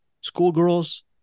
schoolgirls